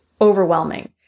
overwhelming